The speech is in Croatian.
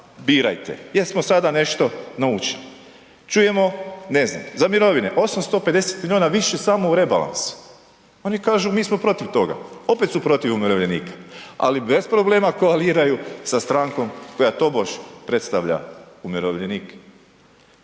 birajte jel smo sada nešto naučili. Čujemo, ne znam, za mirovine 850 milijuna više samo u rebalansu. Oni kažu mi smo protiv toga, opet su protiv umirovljenika, ali bez problema koaliraju sa strankom koja tobož predstavlja umirovljenike.